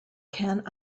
can